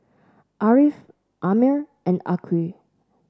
Ariff Ammir and Aqil